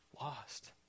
lost